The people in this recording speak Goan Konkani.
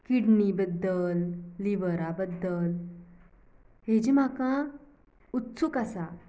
किडनी बद्दल लिवरा बद्दल हेजी म्हाका उत्सूक आसा